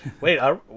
wait